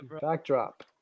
backdrop